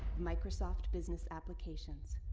microsoft business applications.